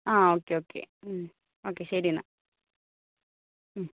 ആ okay okay okay ശരി എന്നാൽ